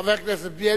חבר הכנסת בילסקי,